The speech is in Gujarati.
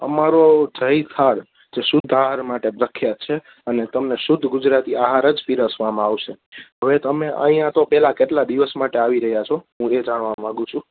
અમારો જય થાળ જે શુદ્ધ આહાર માટે પ્રખ્યાત છે અને તમને શુદ્ધ ગુજરાતી આહાર જ પીરસવામાં આવશે હવે તમે અહીંયાંતો પહેલાં કેટલા દિવસ માટે આવી રહ્યા છો હું એ જાણવા માંગું છું